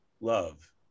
love